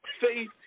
faith